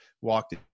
walked